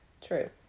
True